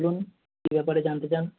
বলুন কি ব্যাপারে জানতে চান